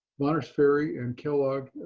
bonners ferry and kellogg,